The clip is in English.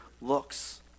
looks